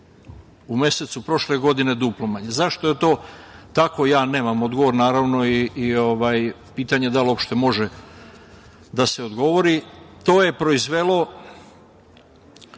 U mesecu prošle godine duplo manje. Zašto je to tako ja nemam odgovor, naravno, i pitanje da li uopšte može da se odgovori. To je proizvelo,